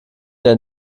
der